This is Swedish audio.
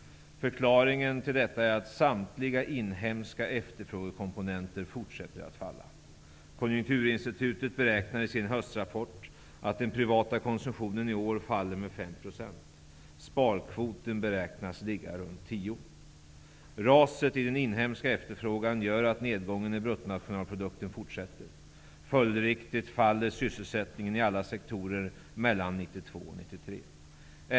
Förklaringen till detta är att samtliga inhemska efterfrågekomponenter fortsätter att falla. Konjunkturinstitutet beräknar i sin höstrapport att den privata konsumtionen i år faller med 5 %. Sparkvoten beräknas ligga runt 10 %. Raset i den inhemska efterfrågan gör att nedgången i bruttonationalprodukten fortsätter. Följdriktigt faller sysselsättningen i alla sektorer mellan åren 1992 och 1993.